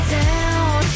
down